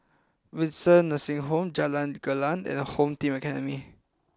Windsor Nursing Home Jalan Gelegar and Home Team Academy